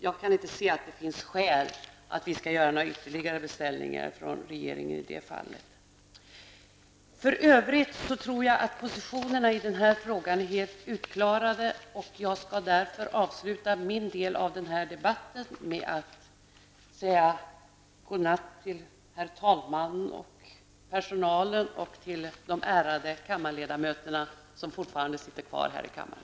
Jag kan inte se att det finns skäl till ytterligare beställningar från regeringen i det fallet. För övrigt tror jag att vi helt har klarat ut positionerna i den här frågan. För egen del avslutar jag därför den här debatten med att säga god natt till herr talmannen, till personalen och till de ärade kammarledamöter som fortfarande finns här i kammaren.